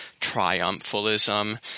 triumphalism